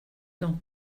dans